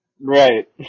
Right